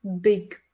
big